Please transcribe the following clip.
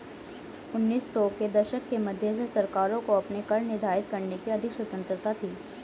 उन्नीस सौ के दशक के मध्य से सरकारों को अपने कर निर्धारित करने की अधिक स्वतंत्रता थी